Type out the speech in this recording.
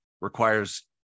requires